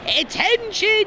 Attention